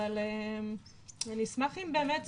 אבל אני אשמח אם באמת,